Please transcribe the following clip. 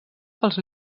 pels